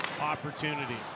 opportunity